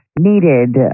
Needed